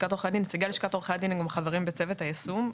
נציגי לשכת עורכי הדין חברים בצוות היישום,